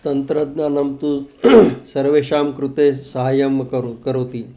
तन्त्रज्ञानं तु सर्वेषां कृते सहाय्यं करो करोति